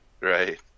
Right